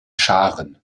scharen